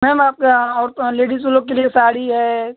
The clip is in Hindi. मेम आप आप लेडीज़ लोग के लिये साड़ी है